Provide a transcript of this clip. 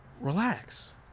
relax